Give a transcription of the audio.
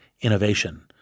innovation